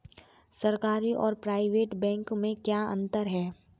सरकारी और private bank में क्या अंतर है?